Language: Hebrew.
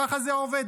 ככה זה עובד.